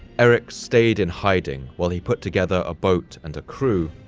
erik stayed in hiding while he put together a boat and a crew.